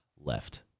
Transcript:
left